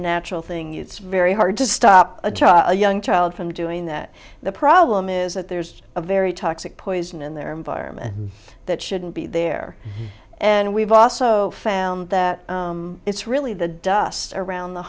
natural thing it's very hard to stop a young child from doing that the problem is that there's a very toxic poison in their environment that shouldn't be there and we've also found that it's really the dust around the